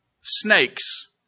snakes